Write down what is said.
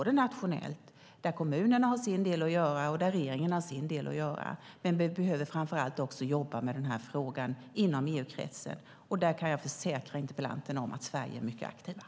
Det gäller inte bara nationellt, där såväl kommunerna som regeringen har sin del att göra, utan vi behöver framför allt jobba med frågan inom EU-kretsen. Där kan jag försäkra interpellanten om att Sverige är mycket aktivt.